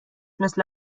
مثل